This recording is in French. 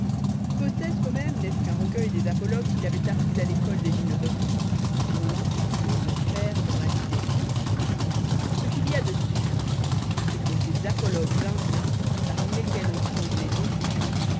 peut-être même n'est-ce qu'un recueil des apologues qu'il avoit appris à l'école des gymnosophistes dpit l'antiquité se perd dans la nuit des temps ce qu'il y a de sûr c'est que ces apologues indiens parjni j esquels pn trouve le s deux pigeons